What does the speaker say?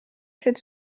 sept